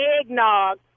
eggnog